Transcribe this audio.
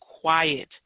quiet